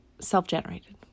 self-generated